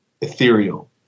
ethereal